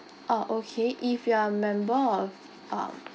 oh okay if you are a member of um